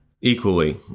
equally